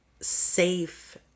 safe